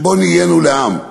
שבו נהיינו לעם,